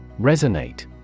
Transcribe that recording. Resonate